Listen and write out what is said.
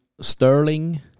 Sterling